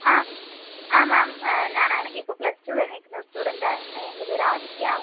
ആ ആ മാം ഞാൻ ആണെങ്കിൽ ഇപ്പോൾ പ്ലസ് ടു കഴിഞ്ഞ് നിൽക്കുന്ന ഒരു സ്റ്റുഡൻറ്റ് ആണ് എൻ്റെ പേര് ആദിത്യ